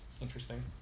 interesting